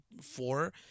four